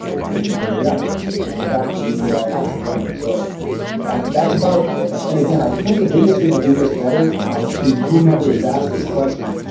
and there we are now we're back to the actual running so that that's about and again, i think the video is going to do this better to um whomever is asked this question